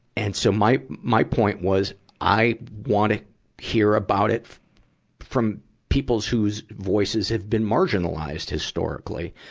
and so, my, my point was i want to hear about it from peoples whose voices have been marginalized historically.